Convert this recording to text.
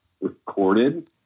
recorded